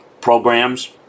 programs